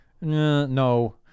No